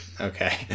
Okay